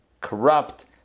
Corrupt